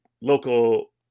local